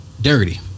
Dirty